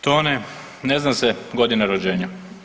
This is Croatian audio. Tone, ne zna se godina rođenja.